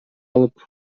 алып